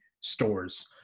stores